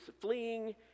fleeing